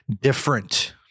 different